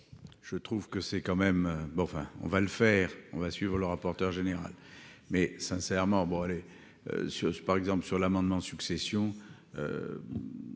je trouve que c'est quand même bon enfin on va le faire, on va suivre le rapporteur général, mais sincèrement, bon allez sur ce par exemple sur l'amendement succession